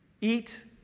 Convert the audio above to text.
eat